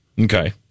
Okay